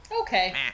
Okay